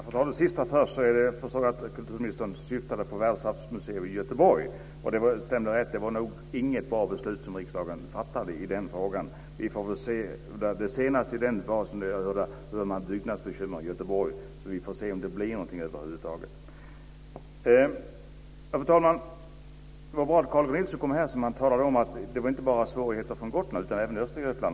Fru talman! Jag ska ta det sista först. Jag förstår att kulturministern syftade på ett världsarvsmuseum i Göteborg. Det stämmer att det inte var ett bra beslut som riksdagen fattade i den frågan. Vi får se om det över huvud taget blir något eftersom det senaste var att det var byggnadsbekymmer i Göteborg. Fru talman! Det var bra att Carl G Nilsson kom in här och talade om att det finns svårigheter inte bara på Gotland utan även i Östergötland.